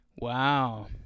Wow